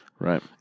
Right